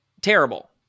terrible